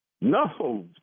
No